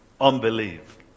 unbelief